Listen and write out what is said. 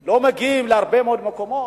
לא מגיעים להרבה מאוד מקומות,